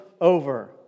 over